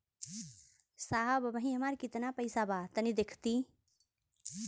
साहब अबहीं हमार कितना पइसा बा तनि देखति?